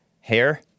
hair